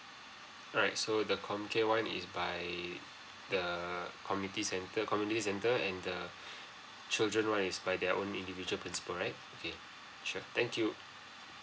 alright so the com care one is by the community centre community centre and the children one is by their own individual principal right okay sure thank you